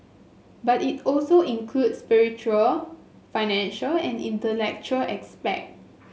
but it also includes spiritual financial and intellectual aspect